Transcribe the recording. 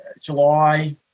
July